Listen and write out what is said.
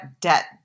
debt